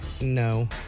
No